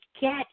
get